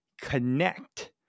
connect